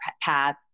path